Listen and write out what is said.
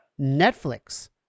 Netflix